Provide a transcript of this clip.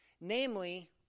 Namely